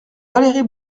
valérie